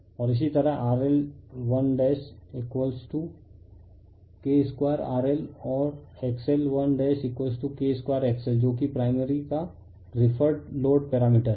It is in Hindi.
और इसी तरह R L 1 K 2 R L और X L1 K 2X L जो कि प्राइमरी का रिफेर्रेड लोड पैरामीटर है